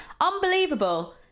Unbelievable